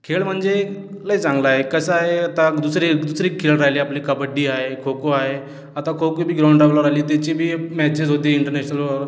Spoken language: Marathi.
खेळ म्हणजे लय चांगला आहे कसा आहे आता दुसरे दुसरे खेळ राहिले आपले कबड्डी आहे खो खो आहे आता खो खो बी ग्राउंडवर आले त्याचे बी मॅचेस होतील इंटरनॅशनलवर